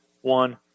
one